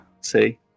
see